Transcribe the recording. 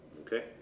okay